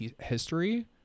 history